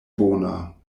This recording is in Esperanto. bona